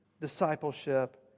discipleship